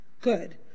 Good